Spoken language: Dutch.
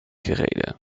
gereden